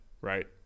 Right